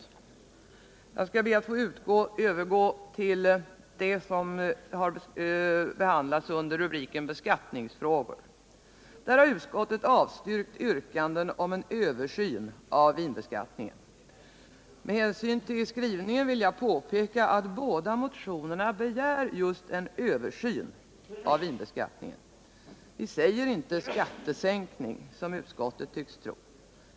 Jag skall be att få övergå till det som har behandlats under rubriken Beskattningsfrågor. Här har utskottet avstyrkt yrkanden om en översyn av vinbeskattningen. Med hänsyn till skrivningen vill jag påpeka att båda motionerna begär just en översyn av vinbeskattningen. Vi säger inte skattesänkning, som utskottet tycks tro.